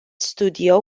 studio